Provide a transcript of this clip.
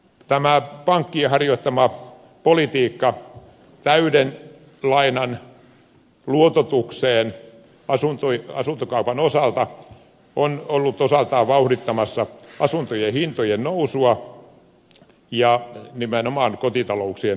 tämä pankkien harjoittama politiikka täyden lainan luototukseen asuntokaupan osalta on ollut osaltaan vauhdittamassa asuntojen hintojen nousua ja nimenomaan kotitalouksien velkaantumista